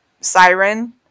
Siren